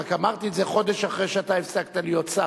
רק אמרתי את זה חודש אחרי שאתה הפסקת להיות שר.